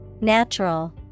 Natural